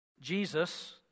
Jesus